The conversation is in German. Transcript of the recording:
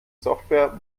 software